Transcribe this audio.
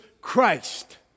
Christ